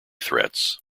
threats